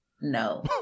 no